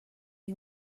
you